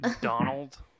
Donald